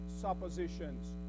suppositions